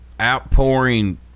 outpouring